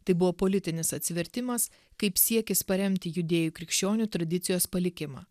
tai buvo politinis atsivertimas kaip siekis paremti judėjų krikščionių tradicijos palikimą